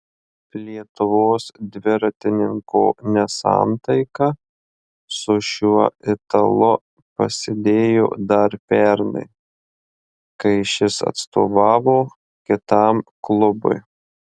lietuvos dviratininko nesantaika su šiuo italu pasidėjo dar pernai kai šis atstovavo kitam klubui